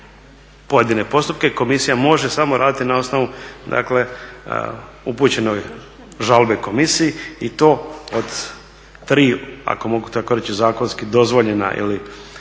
pojedine postupke, komisija može samo raditi na osnovu upućenoj žalbi komisiji i to od tri ako mogu tako reći zakonski dozvoljena ili